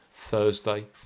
Thursday